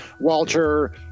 walter